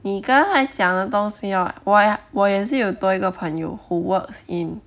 你刚才讲的东西 hor 我我也是有多一个朋友 who works in